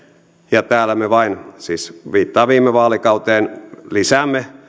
ja täällä me vain siis viittaan viime vaalikauteen lisäämme